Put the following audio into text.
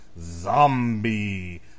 Zombie